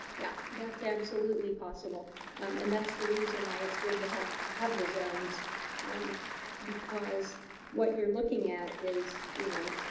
yeah that's absolutely possible um and that's the reason why it's good to have have the zones um because what you're looking at is you know